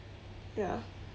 ya